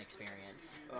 experience